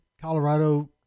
Colorado